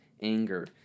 anger